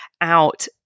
out